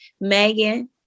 megan